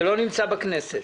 זה לא נמצא בכנסת.